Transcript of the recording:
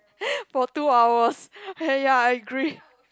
for two hours ah ya ya I agree